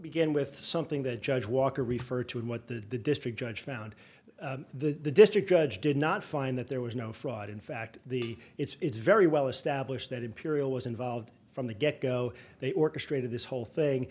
begin with something that judge walker referred to in what the district judge found the district judge did not find that there was no fraud in fact the it's very well established that imperial was involved from the get go they orchestrated this whole thing